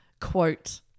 Quote